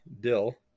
dill